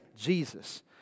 Jesus